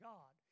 God